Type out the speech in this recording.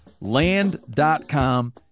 Land.com